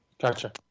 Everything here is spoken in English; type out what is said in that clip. gotcha